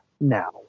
now